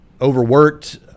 overworked